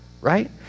right